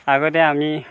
আগতে আমি